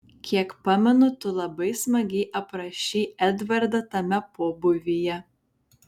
kiek pamenu tu labai smagiai aprašei edvardą tame pobūvyje